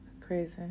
crazy